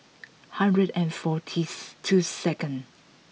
hundred and fortieth two second